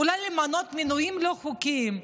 אולי למנות מינויים לא חוקיים?